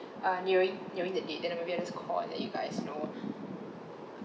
uh nearing nearing the date then maybe I just call and let you guys know